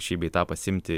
šį bei tą pasiimti